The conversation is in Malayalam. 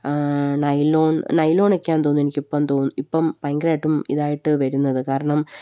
നൈലോൺ നൈലോണൊക്കെയാണെന്ന് തോന്നുന്നു എനിക്കിപ്പം തോന്നുന്നു ഇപ്പം ഭയങ്കരമായിട്ടും ഇതായിട്ട് വരുന്നത് കാരണം